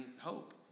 hope